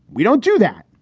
we don't do that.